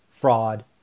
fraud